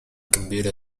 computer